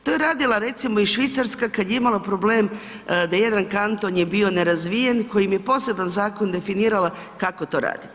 To je radila recimo i Švicarska kad je imala problem, da jedan kanton je bio nerazvijen koji im je poseban zakon definirala kako to raditi.